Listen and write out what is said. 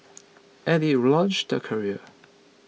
and it launched their careers